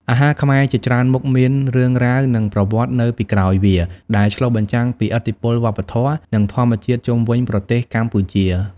អាហារខ្មែរជាច្រើនមុខមានរឿងរ៉ាវ និងប្រវត្តិនៅពីក្រោយវា ដែលឆ្លុះបញ្ចាំងពីឥទ្ធិពលវប្បធម៌ និងធម្មជាតិជុំវិញប្រទេសកម្ពុជា ។